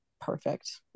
perfect